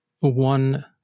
one